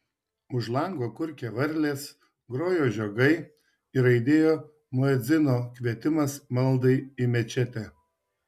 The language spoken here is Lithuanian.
už lango kurkė varlės grojo žiogai ir aidėjo muedzino kvietimas maldai į mečetę